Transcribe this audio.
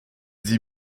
sie